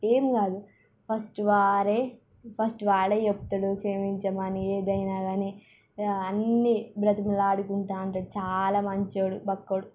ఏం కాదు ఫస్ట్ వారే ఫస్ట్ వాడే చెప్తాడు క్షమించమని ఏదైనా కానీ ఇక అన్నీ బ్రతిమిలాడుకుంటూ ఉంటాడు చాలా మంచోడు బక్కోడు